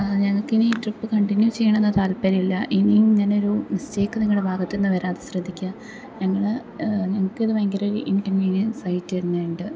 ഞങ്ങൾക്കിനി trip continue ചെയ്യണം എന്ന് താൽപര്യമില്ല ഇനി ഇങ്ങനെ ഒരു മിസ്റ്റേക് നിങ്ങളുടെ ഭാഗത്തുനിന്ന് വരാതെ ശ്രദ്ധിക്കുക ഞങ്ങൾ ഞങ്ങൾക്കിത് ഭയങ്കര ഇൻകൺവീനിയെൻസ് ആയിട്ട് തന്നെ ഉണ്ട്